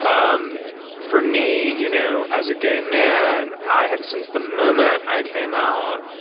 um for me, you knew as a gay man, i have since the moment i came out,